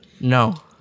No